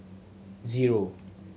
zero